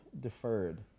deferred